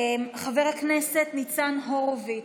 חבר הכנסת ניצן הורוביץ,